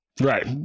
Right